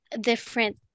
different